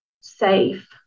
safe